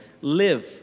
live